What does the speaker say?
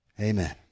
Amen